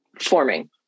forming